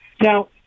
now